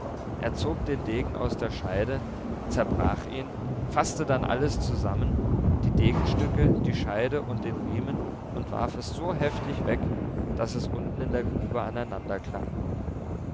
er zog den degen aus der scheide zerbrach ihn faßte dann alles zusammen die degenstücke die scheide und den riemen und warf es so heftig weg daß es unten in der grube